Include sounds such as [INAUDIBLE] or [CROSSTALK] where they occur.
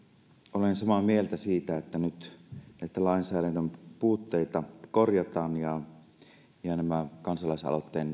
olen samaa mieltä siitä että nyt näitä lainsäädännön puutteita korjataan ja nämä kansalaisaloitteen [UNINTELLIGIBLE]